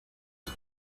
sie